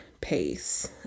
pace